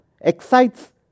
excites